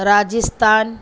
Rajasthan